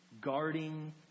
Guarding